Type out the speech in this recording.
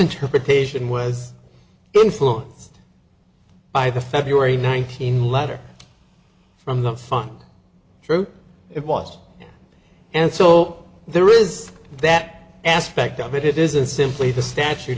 interpretation was influenced by the february nineteen letter from the fun it was and so there is that aspect of it it isn't simply the statute